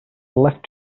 left